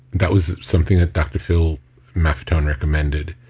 that was something that dr. phil maffetone recommended.